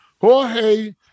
Jorge